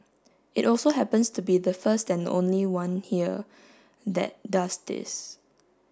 it also happens to be the first and only one here that does this